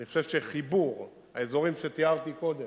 אני חושב שחיבור האזורים שתיארתי קודם,